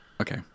okay